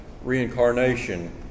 reincarnation